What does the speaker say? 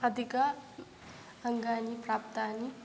अधिकम् अङ्गानि प्राप्तानि